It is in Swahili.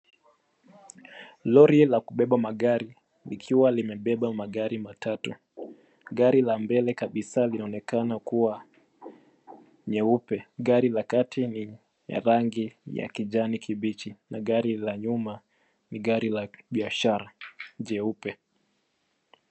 Lori la kubeba magari, likiwa limebeba magari matatu. Gari la mbele kabisaa linaonekana kuwa nyeupe, gari la kati ni ya rangi ya kijani kibichi na gari la nyuma ni gari la biashara, jeupe.